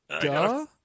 Duh